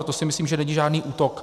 To si myslím, že není žádný útok.